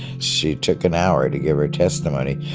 she took an hour to give her testimony.